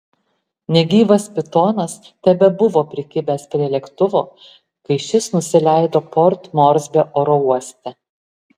negyvas pitonas tebebuvo prikibęs prie lėktuvo kai šis nusileido port morsbio oro uoste